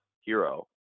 hero